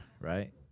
right